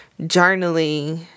journaling